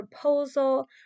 proposal